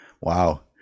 wow